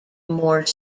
more